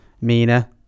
Mina